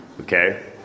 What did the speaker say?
Okay